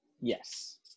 Yes